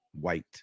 White